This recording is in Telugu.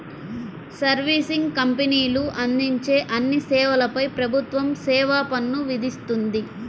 సర్వీసింగ్ కంపెనీలు అందించే అన్ని సేవలపై ప్రభుత్వం సేవా పన్ను విధిస్తుంది